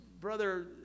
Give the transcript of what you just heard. Brother